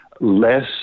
less